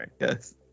Yes